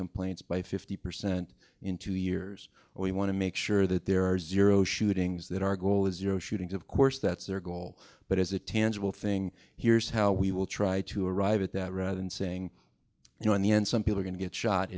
complaints by fifty percent in two years or we want to make sure that there are zero shootings that our goal is zero shootings of course that's their goal but as a tangible thing here's how we will try to arrive at that rather than saying you know in the end some people are going to get shot